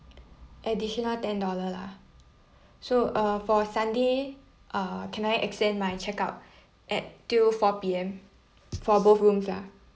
additional ten dollar lah so uh for sunday uh can I extend my check out at till four P_M for both rooms ah